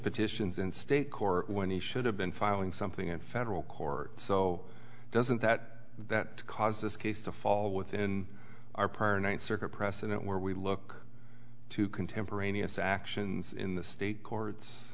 petitions in state court when he should have been filing something in federal court so doesn't that that caused this case to fall within our per ninth circuit precedent where we look to contemporaneous actions in the state courts